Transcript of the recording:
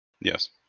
Yes